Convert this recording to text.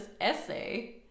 essay